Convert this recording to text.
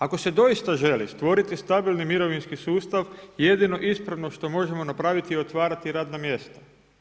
Ako se doista želi stvoriti stabilni mirovinski sustav jedino ispravno što možemo napraviti je otvarati radna mjesta.